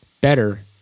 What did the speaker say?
better